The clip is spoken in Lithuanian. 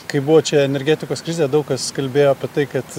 kai buvo čia energetikos krizė daug kas kalbėjo apie tai kad